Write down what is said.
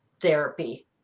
therapy